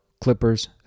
Clippers